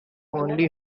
only